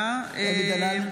אלי דלל?